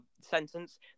sentence